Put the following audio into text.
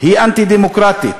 היא אנטי-דמוקרטית,